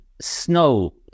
snow